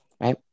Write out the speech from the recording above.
Right